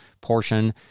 portion